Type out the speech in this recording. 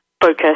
focus